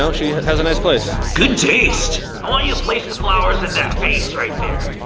so she has a nice place. good taste! i want you to place the flowers in that vase right there.